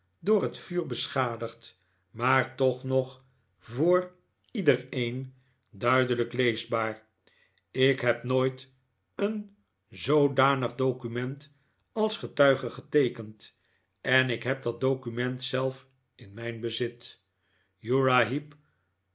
door het vuur beschadigd maar toch nog voor iedereen duidelijk leesbaar ik heb nooit een zoodanig document als getuige geteekend en ik heb dat document zelf in mijn bezit